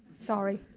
sorry.